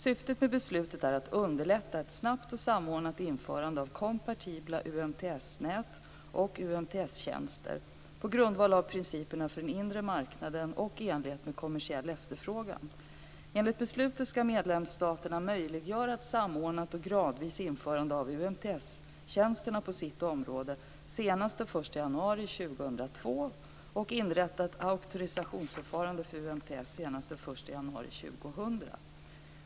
Syftet med beslutet är att underlätta ett snabbt och samordnat införande av kompatibla UMTS-nät och UMTS-tjänster på grundval av principerna för den inre marknaden och i enlighet med kommersiell efterfrågan. Enligt beslutet ska medlemsstaterna möjliggöra ett samordnat och gradvis införande av UMTS-tjänsterna på sitt område senast den 1 januari 2002 och inrätta ett auktorisationsförfarande för UMTS senast den 1 januari 2000.